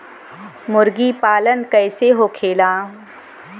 मुर्गी पालन कैसे होखेला?